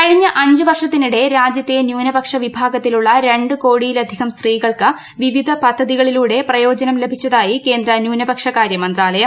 കഴിഞ്ഞ അഞ്ച് വർഷത്തിനിടെ രാജ്യത്തെ ന്യൂനപക്ഷ വിഭാഗത്തിലുള്ള രണ്ട് കോടിയിലധികം സ്ത്രീകൾക്ക് വിവിധ പദ്ധതികളുടെ പ്രയോജനം ലഭിച്ചതായി കേന്ദ്ര ന്യൂനപക്ഷകാരൃ മന്ത്രാലയം